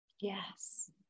Yes